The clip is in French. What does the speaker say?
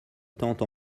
tante